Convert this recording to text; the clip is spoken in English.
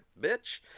bitch